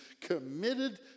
committed